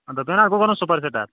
دوٚپمَے نا اَتھ گوٚو بَرُن سوٗپَر سِٹار